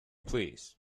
please